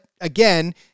again